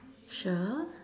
sure